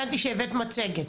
הבנתי שהבאת מצגת.